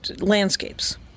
landscapes